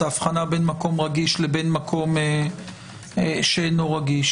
את האבחנה בין מקום רגיש למקום שאינו רגיש.